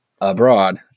abroad